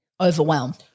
Overwhelmed